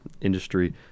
industry